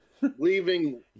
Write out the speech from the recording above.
leaving